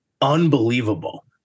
unbelievable